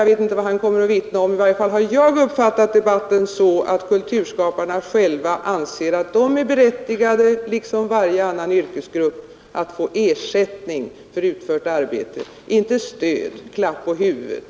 Jag vet inte vad han kommer att vittna om, men i varje fall har jag uppfattat debatten så, att kulturskaparna själva anser att de, liksom varje annan yrkesgrupp, är berättigade till att få ersättning för utfört arbete — inte stöd eller en klapp på huvudet.